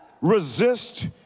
Resist